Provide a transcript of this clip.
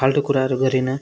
फाल्तु कुराहरू गरिनँ